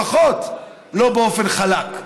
לפחות לא באופן חלק.